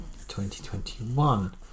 2021